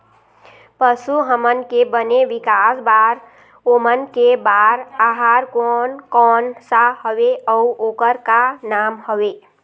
पशु हमन के बने विकास बार ओमन के बार आहार कोन कौन सा हवे अऊ ओकर का नाम हवे?